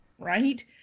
right